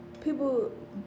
people